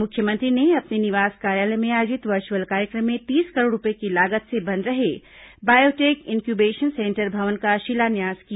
मुख्यमंत्री ने अपने निवास कार्यालय में आयोजित वर्चुअल कार्यक्रम में तीस करोड़ रूपये की लागत से बन रहे बायोटेक इन्क्यूबेशन सेंटर भवन का शिलान्यास किया